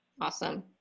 Awesome